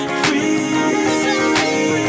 free